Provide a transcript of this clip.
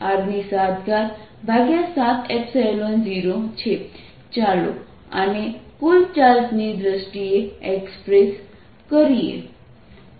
ચાલો આને કુલ ચાર્જની દ્રષ્ટિએ એક્સપ્રેસ કરીએ